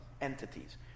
entities